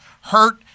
Hurt